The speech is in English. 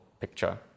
picture